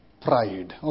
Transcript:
pride